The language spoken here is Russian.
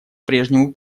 прежнему